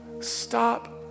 Stop